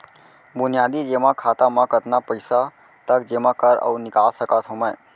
बुनियादी जेमा खाता म कतना पइसा तक जेमा कर अऊ निकाल सकत हो मैं?